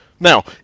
Now